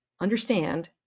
understand